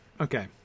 Okay